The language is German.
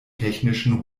technischen